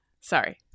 Sorry